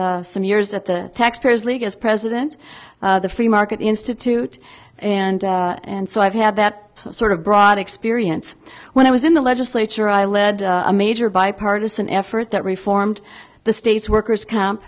spent some years at the taxpayers league as president of the free market institute and and so i've had that sort of broad experience when i was in the legislature i led a major bipartisan effort that reformed the state's workers comp